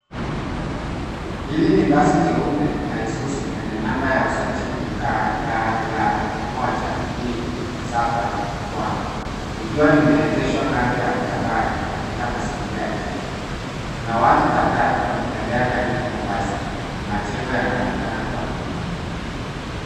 Hili ni basi jeupe la Isuzu lenye namba ya usajili KDL 127K, likiwa limeegeshwa kando ya barabara ,katika mazingira ya jiji . Kuna watu kadhaa wakitembea karibu na basi, na majengo yanaonekana kwa nyuma.